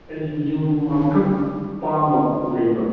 ꯑꯩꯁꯤ ꯌꯨꯝ ꯑꯃꯈꯛ ꯄꯥꯝꯕ ꯂꯩꯕ